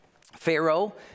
Pharaoh